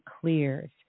clears